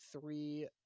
three